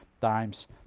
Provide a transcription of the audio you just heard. times